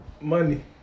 Money